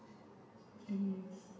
mm